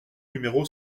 numéro